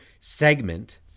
segment